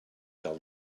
del